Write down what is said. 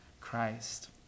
Christ